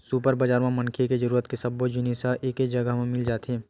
super बजार म मनखे के जरूरत के सब्बो जिनिस ह एके जघा म मिल जाथे